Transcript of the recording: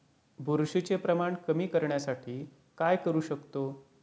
बुरशीचे प्रमाण कमी करण्यासाठी काय करू शकतो?